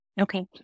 Okay